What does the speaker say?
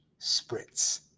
spritz